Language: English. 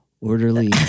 orderly